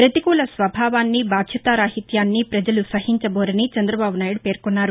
ప్రతికూల స్వభావాన్ని బాధ్యతారాహిత్యాన్ని పజలు సహించబోరని చంద్రబాబు నాయుడు పేర్కొన్నారు